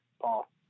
Paul